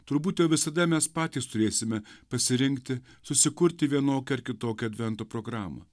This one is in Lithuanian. turbūt jau visada mes patys turėsime pasirinkti susikurti vienokią ar kitokią advento programą